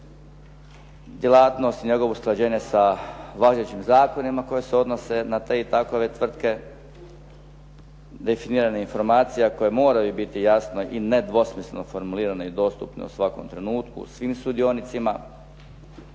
djelatnost i njegovo usklađenje sa važećim zakonima koji se odnose na te i takove tvrtke, definiranje informacija koje moraju biti jasno i ne dvosmisleno formulirane i dostupne u svakom trenutku svim sudionicima,